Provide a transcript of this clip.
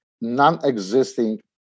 non-existing